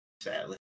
sadly